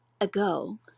ago